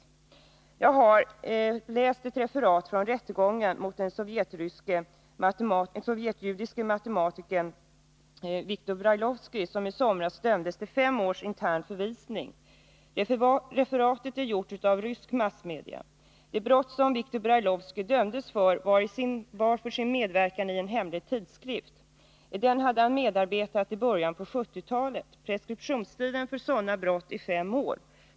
Jag har läst ett referat från rättegången mot den sovjetjudiske matematikern Viktor Brailovsky, som i somras dömdes till fem års intern förvisning. Referatet är gjort av rysk massmedia. Det brott som Viktor Brailovsky dömdes för var medverkan i en hemlig tidskrift. I den hade han medarbetat i början på 1970-talet. Preskriptionstiden för sådana brott är fem år.